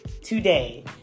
today